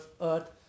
earth